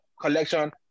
collection